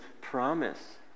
promise